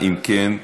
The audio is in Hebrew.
אם כן,